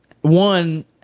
one